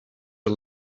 are